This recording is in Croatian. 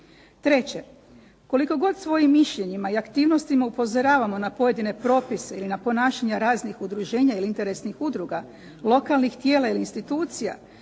Treće, koliko god svojim mišljenjima i aktivnostima upozoravamo na pojedine propise ili na ponašanja raznih udruženja ili interesnih udruga, lokalnih tijela ili institucija,